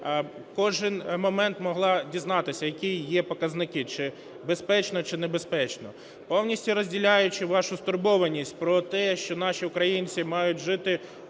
кожен момент могла дізнатися, які є показники, чи безпечно, чи небезпечно. Повністю розділяючи вашу стурбованість про те, що наші українці мають жити